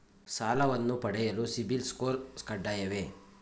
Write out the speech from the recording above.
ಸಾಲವನ್ನು ಪಡೆಯಲು ಸಿಬಿಲ್ ಸ್ಕೋರ್ ಕಡ್ಡಾಯವೇ?